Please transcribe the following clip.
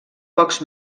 pocs